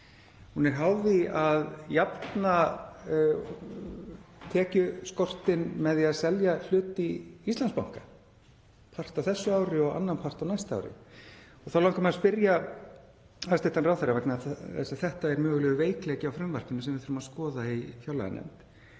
Hún er háð því að jafna tekjuskortinn með því að selja hlut í Íslandsbanka, part á þessu ári og annan part á næsta ári. Þá langar mig að spyrja hæstv. ráðherra, vegna þess að þetta er mögulegur veikleiki á frumvarpinu sem við þurfum að skoða í fjárlaganefnd: